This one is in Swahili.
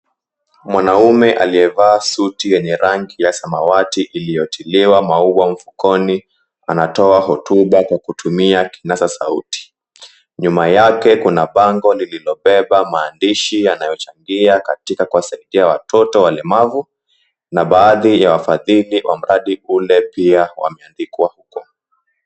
Mwanaume aliyevaa suti yenye rangi ya samawati iliyotiliwa maua mfukoni anatoa hotuba kwa kutumia kinasa sauti. Nyuma yake kuna bango lililobeba maandishi ya yanayochangia katika kuwasaidia watoto walemavu na baadhi ya wafadhili wa mradi ule pia wameandikwa huko.